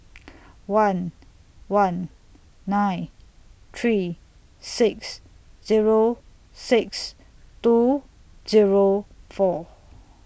one one nine three six Zero six two Zero four